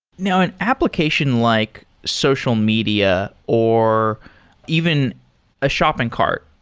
now, an application like social media, or even a shopping cart,